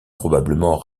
probablement